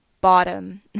bottom